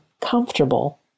comfortable